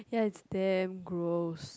ya is damn close